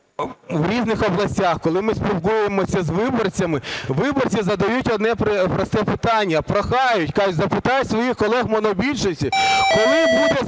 в різних областях, коли ми спілкуємося з виборцями, виборці задають одне просте питання, прохають, кажуть: запитай своїх колег у монобільшості – коли буде заробітна